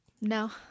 No